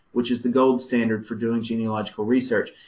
which is the gold standard for doing genealogical research.